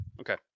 Okay